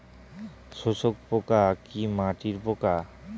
শোষক পোকা কি মাটির পোকা?